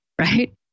right